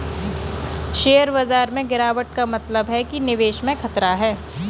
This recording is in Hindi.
शेयर बाजार में गिराबट का मतलब है कि निवेश में खतरा है